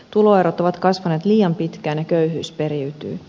tuloerot ovat kasvaneet liian pitkään ja köyhyys periytyy